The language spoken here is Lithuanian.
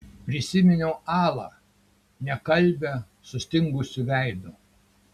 prisiminiau alą nekalbią sustingusiu veidu